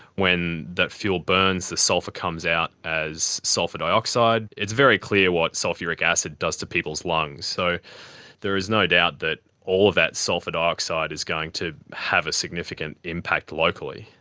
when that fuel burns the sulphur comes out as sulphur dioxide. it's very clear what sulphuric acid does to people's lungs. so there is no doubt that all of that sulphur dioxide is going to have a significant impact locally.